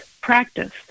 practice